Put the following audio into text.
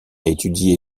étudié